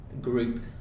group